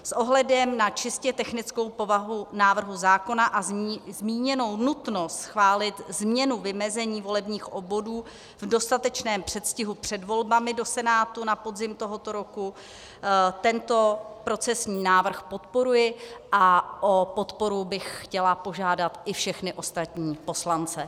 S ohledem čistě na technickou povahu návrhu zákona a zmíněnou nutnost schválit změnu vymezení volebních obvodů v dostatečném předstihu před volbami do Senátu na podzim tohoto roku tento procesní návrh podporuji a o podporu bych chtěla požádat i všechny ostatní poslance.